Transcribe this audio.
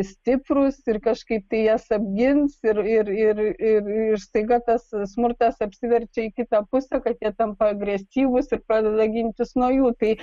stiprūs ir kažkaip tai jas apgins ir ir ir ir staiga tas smurtas apsiverčia į kitą pusę kad jie tampa agresyvūs ir pradeda gintis nuo jų tai